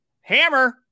hammer